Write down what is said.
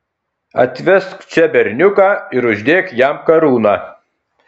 atvesk čia berniuką ir uždėk jam karūną